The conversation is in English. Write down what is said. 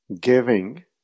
Giving